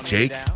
Jake